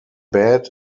bed